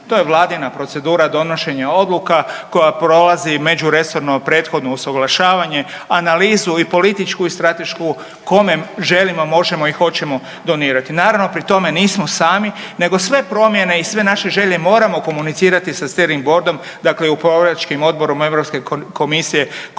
To je Vladina procedura donošenja odluka koja prolazi međuresorno prethodno usuglašavanje, analizu i političku i stratešku kome želimo, možemo i hoćemo donirati. Naravno, pri tome nismo sami, nego sve promjene i sve naše želje moramo komunicirati sa .../Govornik se ne razumije./...